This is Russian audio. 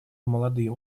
молодые